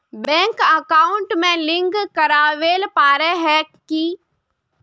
Bank account में link करावेल पारे है की?